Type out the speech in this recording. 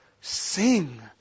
Sing